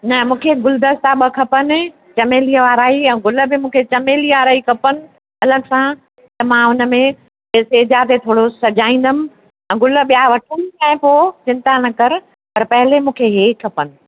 न मूंखे गुलदस्ता ॿ खपनि चमेलीअ वारा ऐं गुल बि मूंखे चमेली वारा ई खपनि अलगि सां त मां उनमें हीअ सेजा ते थोरो सजाईंदमि ऐं गुल ॿिया वठूं पिया पोइ चिंता न करे पर पहले मूंखे इहेई खपनि